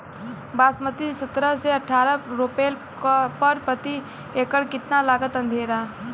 बासमती सत्रह से अठारह रोपले पर प्रति एकड़ कितना लागत अंधेरा?